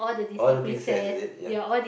all the princess is it ya